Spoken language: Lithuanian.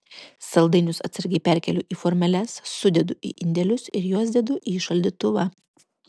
saldainius atsargiai perkeliu į formeles sudedu į indelius ir juos dedu į šaldytuvą